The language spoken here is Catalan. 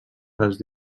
les